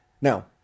Now